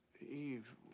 Eve